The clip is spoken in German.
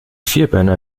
vierbeiner